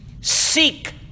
Seek